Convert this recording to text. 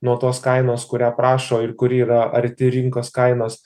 nuo tos kainos kurią prašo ir kuri yra arti rinkos kainos